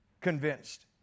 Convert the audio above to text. convinced